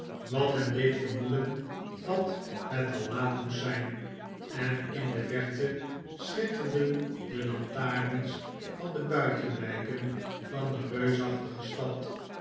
wat hem deed vermoeden dat het al laat moest zijn en in de verte schitterden de lantarens van de buitenwijken van de reusachtige stad